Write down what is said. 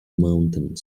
mountains